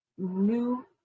new